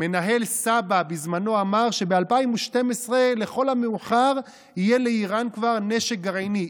מנהל סבא"א בזמנו אמר שב-2012 לכל המאוחר כבר יהיה לאיראן נשק גרעיני.